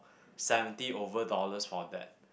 seventy over dollars for that